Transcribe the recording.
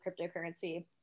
cryptocurrency